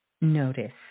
notice